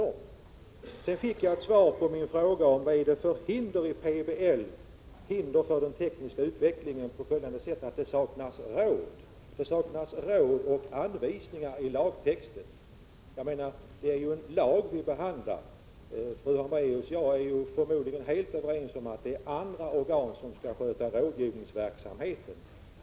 Det svar som jag fick på min fråga vad i planoch bygglagen som hindrar den tekniska utvecklingen var att det saknas råd och anvisningar i lagtexten. Det är en lag som vi nu behandlar. Fru Hambraeus och jag är förmodligen helt överens om att det är andra organ som skall sköta rådgivningsverksamheten.